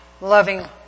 loving